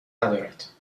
ندارد